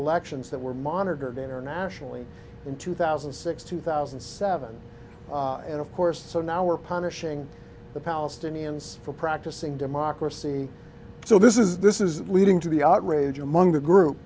elections that were monitored internationally in two thousand and six two thousand and seven and of course so now we're punishing the palestinians for practicing democracy so this is this is leading to the outrage among the group